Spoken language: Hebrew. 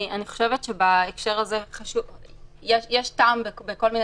אני חושבת שבהקשר הזה יש טעם בכל מיני